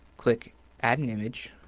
click add an image.